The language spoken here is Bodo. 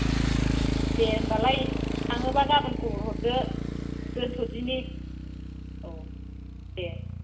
दे होम्बालाय थाङोबा गाबोन खबर हरदो दोनथ'दिनि औ दे